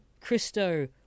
Christo